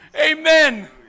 Amen